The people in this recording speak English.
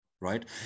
right